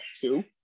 two